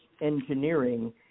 engineering